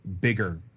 bigger